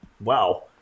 wow